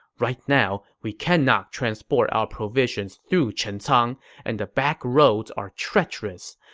right now, we cannot transport our provisions through chencang, and the backgroads are treacherous.